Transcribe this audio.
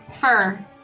Fur